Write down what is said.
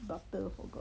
but I forgot